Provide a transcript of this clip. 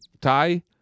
tie